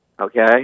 okay